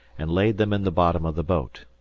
and laid them in the bottom of the boat.